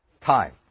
time